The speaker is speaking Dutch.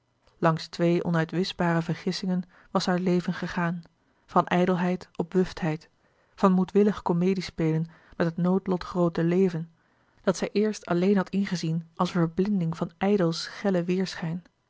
langs twee onuitwischbare vergissingen was haar leven gegaan van ijdelheid op wuftheid van moedwillig komedie spelen met het noodlotgroote leven dat zij eerst alleen had ingezien als een verblinding van ijdel schellen